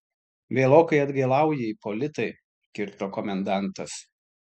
vėlokai atgailauji ipolitai kirto komendantas